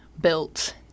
built